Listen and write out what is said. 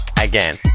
again